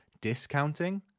discounting